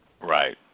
Right